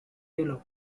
yellow